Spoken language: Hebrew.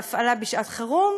להפעלה בשעת חירום,